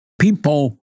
people